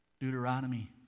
Deuteronomy